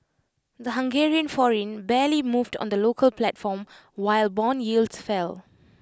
the Hungarian forint barely moved on the local platform while Bond yields fell